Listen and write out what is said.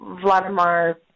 Vladimir